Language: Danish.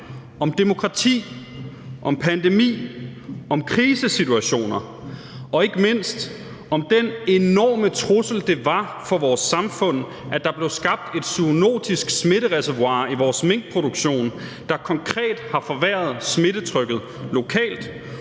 om demokrati, om pandemi, om krisesituationer og ikke mindst om den enorme trussel, det var for vores samfund, at der blev skabt et zoonotisk smittereservoir i vores minkproduktion, der konkret har forværret smittetrykket lokalt,